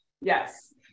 Yes